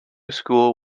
school